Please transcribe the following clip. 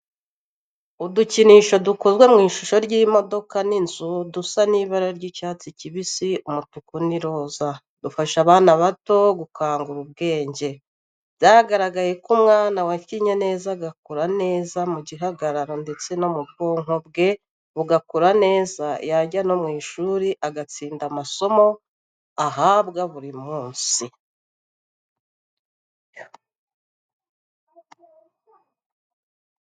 Udukinisho dukozwe mu ishusho y'imodoka n'inzu dusa n'ibara ry'icyatsi kibisi, umutuku n'iroza, dufasha abana bato gukangura ubwenge. Byaragaragaye ko umwana wakinnye neza akura neza mu gihagararo ndetse n'ubwonko bwe bugakora neza, yajya no mu ishuri agatsinda amasomo ahabwa buri munsi.